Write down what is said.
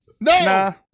No